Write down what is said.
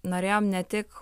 norėjom ne tik